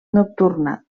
nocturna